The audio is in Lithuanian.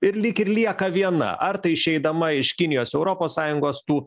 ir lyg ir lieka viena ar tai išeidama iš kinijos europos sąjungos tų